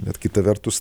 bet kita vertus